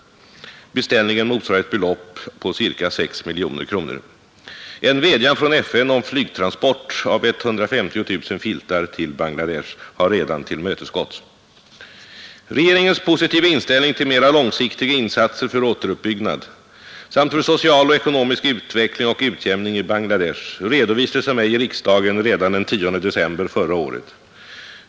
Beställningen motsvarar ett belopp på ca 6 miljoner kronor. En vädjan från FN om flygtransport av 150 000 filtar till Bangladesh har redan tillmötesgåtts. Regeringens positiva inställning till mera långsiktiga insatser för återuppbyggnad samt för social och ekonomisk utveckling och utjämning i Bangladesh redovisades av mig i riksdagen redan den 10 december förra året.